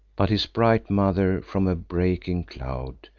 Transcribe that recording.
but his bright mother, from a breaking cloud,